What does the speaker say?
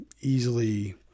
easily